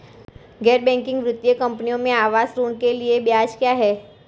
गैर बैंकिंग वित्तीय कंपनियों में आवास ऋण के लिए ब्याज क्या है?